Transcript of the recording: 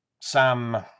Sam